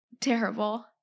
terrible